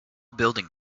building